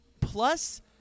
plus